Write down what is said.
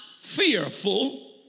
fearful